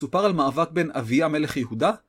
סופר על מאבק בין אביה מלך יהודה?